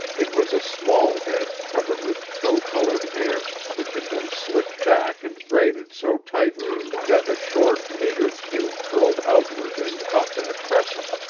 it was a small head covered with tow-colored hair, which had been slicked back and braided so tightly that the short, meager cue curled outward and up in a crescent,